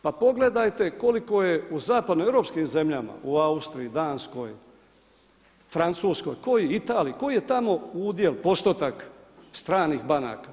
Pa pogledajte koliko je u zapadnoeuropskim zemljama u Austriji, Danskoj, Francuskoj, Italiji koji je tamo udjel, postotak stranih banaka.